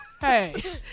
Hey